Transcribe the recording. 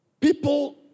People